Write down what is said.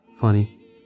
Funny